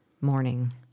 morning